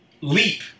Leap